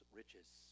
riches